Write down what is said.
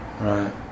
right